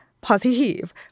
positive